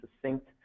succinct